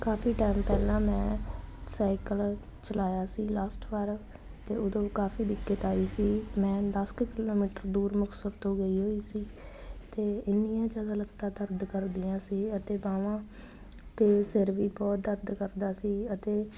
ਕਾਫ਼ੀ ਟਾਈਮ ਪਹਿਲਾਂ ਮੈਂ ਸਾਈਕਲ ਚਲਾਇਆ ਸੀ ਲਾਸਟ ਵਾਰ ਅਤੇ ਉਦੋਂ ਵੀ ਕਾਫ਼ੀ ਦਿੱਕਤ ਆਈ ਸੀ ਮੈਂ ਦਸ ਕੁ ਕਿਲੋਮੀਟਰ ਦੂਰ ਮੁਕਤਸਰ ਤੋਂ ਗਈ ਹੋਈ ਸੀ ਅਤੇ ਇੰਨੀਆਂ ਜ਼ਿਆਦਾ ਲੱਤਾਂ ਦਰਦ ਕਰਦੀਆਂ ਸੀ ਅਤੇ ਬਾਹਾਂ ਅਤੇ ਸਿਰ ਵੀ ਬਹੁਤ ਦਰਦ ਕਰਦਾ ਸੀ ਅਤੇ